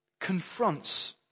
confronts